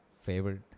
favorite